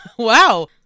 Wow